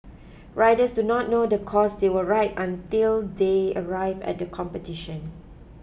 riders do not know the course they will ride until they arrive at the competition